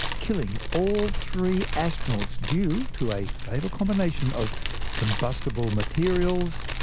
killing all three astronauts, due to a fatal combination of combustible materials,